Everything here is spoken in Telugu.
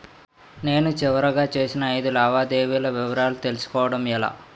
నేను చివరిగా చేసిన ఐదు లావాదేవీల వివరాలు తెలుసుకోవటం ఎలా?